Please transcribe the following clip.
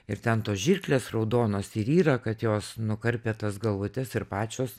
ir ten tos žirklės raudonos ir yra kad jos nukarpė tas galvutes ir pačios